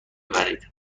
ببرید